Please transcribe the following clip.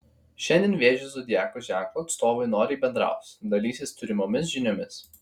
šiandien vėžio zodiako ženklo atstovai noriai bendraus dalysis turimomis žiniomis